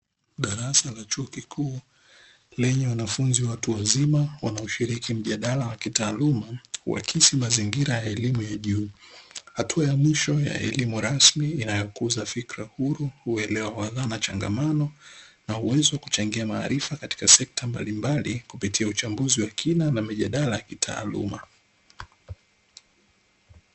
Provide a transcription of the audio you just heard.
Darasa la chuo kikuu lenye wanafunzi watu wazima, wakishiriki mjadala wa kitaalamu, huakisi mazingira ya elimu ya juu; hatua ya mwisho ya elimu rasmi inayokuza fikra huru, uelewa wa dhana, changamano na uwezo wa kuchangia maarifa katika sekta mbalimbali kupitia uchambuzi wa kina na mijadala ya kitaaluma.